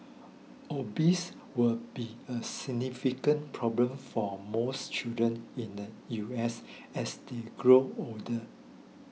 obesity will be a significant problem for most children in the U S as they grow older